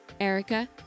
Erica